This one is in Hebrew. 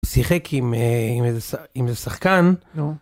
שיחק עם איזה שחקן.